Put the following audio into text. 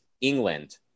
England